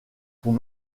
pour